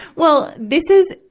well, this is,